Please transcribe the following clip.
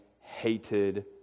hated